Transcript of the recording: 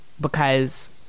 because-